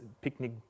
picnic